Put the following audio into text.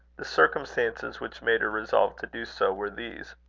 the circumstances which made her resolve to do so were these.